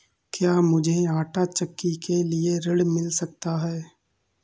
क्या मूझे आंटा चक्की के लिए ऋण मिल सकता है?